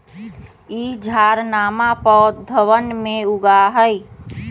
ई झाड़नमा पौधवन में उगा हई